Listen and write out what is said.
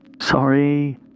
Sorry